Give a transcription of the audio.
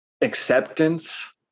acceptance